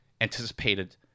anticipated